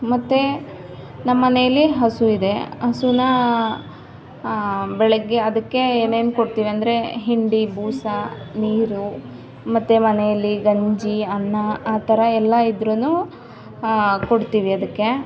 ಮತ್ತು ನಮ್ಮ ಮನೇಲಿ ಹಸುವಿದೆ ಹಸುನಾ ಬೆಳಗ್ಗೆ ಅದಕ್ಕೆ ಏನೇನು ಕೊಡ್ತೀವೆಂದ್ರೆ ಹಿಂಡಿ ಬೂಸ ನೀರು ಮತ್ತೆ ಮನೆಯಲ್ಲಿ ಗಂಜಿ ಅನ್ನ ಆ ಥರ ಎಲ್ಲ ಇದ್ದರೂನು ಕೊಡ್ತೀವಿ ಅದಕ್ಕೆ